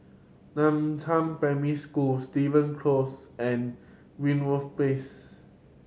Nan Primary School Steven Close and Greenwoods Place